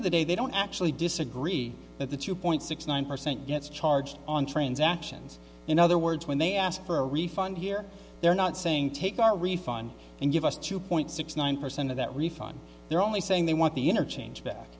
of the day they don't actually disagree that the two point six nine percent gets charged on transactions in other words when they ask for a refund here they're not saying take our refund and give us two point six nine percent of that refund they're only saying they want the interchange back